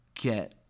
Get